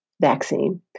vaccine